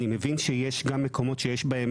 אני מבין שיש גם מקומות שיש בהם,